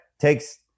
takes